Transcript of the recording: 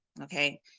okay